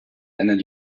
endet